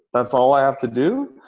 that's all i have to do?